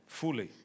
Fully